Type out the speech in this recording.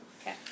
Okay